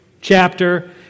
chapter